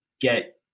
get